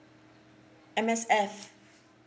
M_S_F